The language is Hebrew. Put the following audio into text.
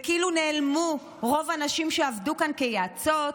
וכאילו נעלמו רוב הנשים שעבדו כאן כיועצות,